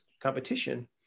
competition